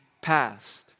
past